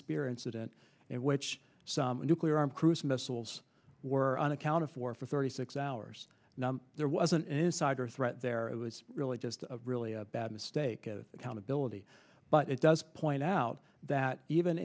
spear incident in which some nuclear armed cruise missiles were unaccounted for for thirty six hours there was an insider threat there it was really just a really bad mistake of accountability but it does point out that even